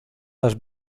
las